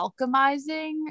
alchemizing